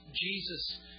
Jesus